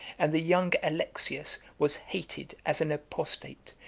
and the young alexius was hated as an apostate,